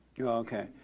Okay